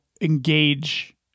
engage